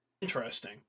Interesting